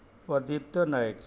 Pradipta Nayak